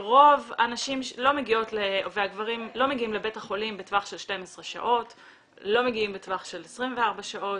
שרוב הנשים והגברים לא מגיעים לבית החולים בטווח של 12 או 24 שעות,